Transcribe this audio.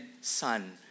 son